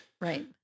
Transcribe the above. Right